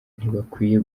ntibakwiye